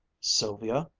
sylvia,